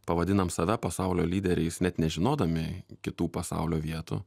pavadinam save pasaulio lyderiais net nežinodami kitų pasaulio vietų